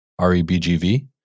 REBGV